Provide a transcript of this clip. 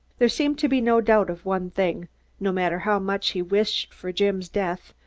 there seemed to be no doubt of one thing no matter how much he wished for jim's death,